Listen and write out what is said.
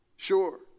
Sure